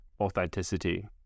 authenticity